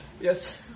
Yes